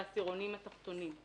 בעשירונים התחתונים.